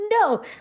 no